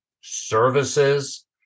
services